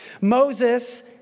Moses